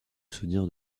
souvenir